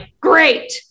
great